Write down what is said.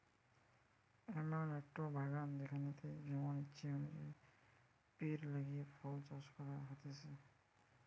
এমন একটো বাগান যেখানেতে যেমন ইচ্ছে অনুযায়ী পেড় লাগিয়ে ফল চাষ করা হতিছে